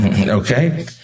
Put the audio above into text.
okay